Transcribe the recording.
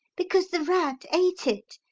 because the rat ate it,